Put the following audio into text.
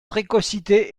précocité